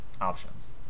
options